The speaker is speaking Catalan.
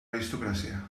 aristocràcia